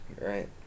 right